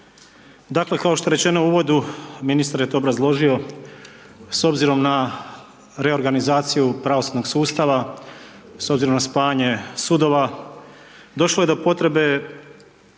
dakle kao što je rečeno u uvodu ministar je to obrazložio s obzirom na reorganizaciju pravosudnog sustava, s obzirom na spajanje sudova došlo je do potrebe